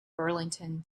burlington